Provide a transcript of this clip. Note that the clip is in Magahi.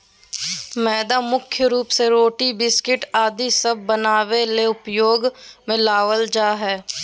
मैदा मुख्य रूप से रोटी, बिस्किट आदि सब बनावे ले उपयोग मे लावल जा हय